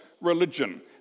religion